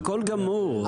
הכול גמור.